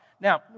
Now